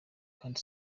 kandi